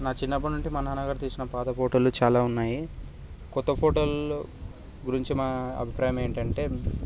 నా చిన్నప్పుడు నుండి మా నాన్నగారు తీసిన పాత ఫోటోలు చాలా ఉన్నాయి కొత్త ఫోటోలలో నీ గురించి నా అభిప్రాయం ఏమిటంటే